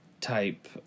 type